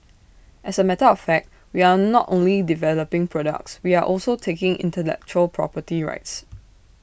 as A matter of fact we are not only developing products we are also taking intellectual property rights